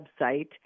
website